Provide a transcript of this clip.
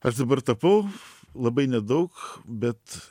aš dabar tapau labai nedaug bet